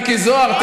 מיקי זוהר,